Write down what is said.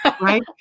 Right